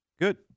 Good